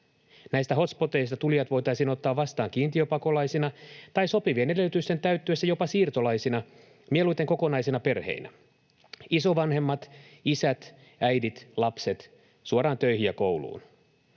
Näistä hotspoteista tulijat voitaisiin ottaa vastaan kiintiöpakolaisina tai sopivien edellytysten täyttyessä jopa siirtolaisina, mieluiten kokonaisina perheinä. Isovanhemmat, isät, äidit, lapset suoraan töihin ja kouluun.